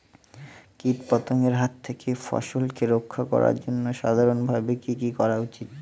কীটপতঙ্গের হাত থেকে ফসলকে রক্ষা করার জন্য সাধারণভাবে কি কি করা উচিৎ?